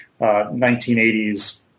1980s